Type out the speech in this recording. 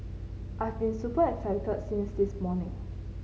I've been super excited since this morning